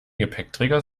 gepäckträger